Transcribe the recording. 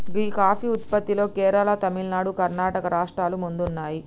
గీ coffee ఉత్పత్తిలో కేరళ, తమిళనాడు, కర్ణాటక రాష్ట్రాలు ముందున్నాయి